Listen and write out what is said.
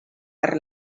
per